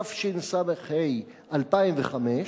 התשס"ה 2005,